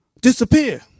disappear